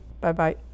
Bye-bye